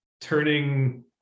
turning